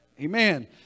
Amen